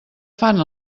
fan